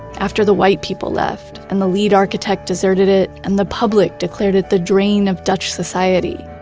after the white people left and the lead architect deserted it and the public declared it the drain of dutch society,